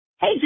hey